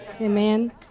Amen